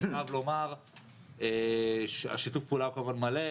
אני חייב לומר ששיתוף הפעולה הוא כמובן מלא.